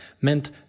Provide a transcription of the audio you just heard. meant